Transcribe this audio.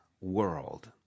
world